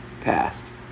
passed